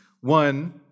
One